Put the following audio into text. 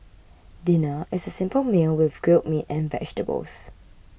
dinner is a simple meal with grilled meat and vegetables